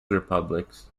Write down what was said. republics